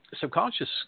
subconscious